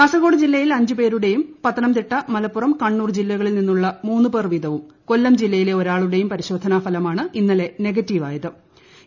കാസർകോഡ് ജില്ലയില്ലെ അഞ്ചുപേരുടെയും പത്തനംതിട്ട മലപ്പുറം കണ്ണൂർ ജില്ലകളിൽ നിന്നുള്ള മൂന്ന് പേർ വീതവും കൊല്ലം ജില്ലയിലെ രൂര്യാളുടെയും പരിശോധന ഫലമാണ് ഇന്നലെ നെഗറ്റീവ് ആയത്ട്